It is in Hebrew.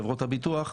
חברות הביטוח,